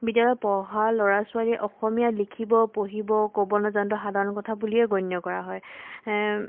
বিদ্যালয় পঢ়া ল'ৰা ছোৱালীয়ে অসমীয়া লিখিব পঢ়িব ক'ব নজনাটো সাধাৰণ কথা বুলিয়ে গণ্য কৰা হয়